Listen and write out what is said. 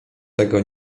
tego